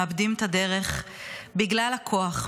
מאבדים את הדרך בגלל הכוח,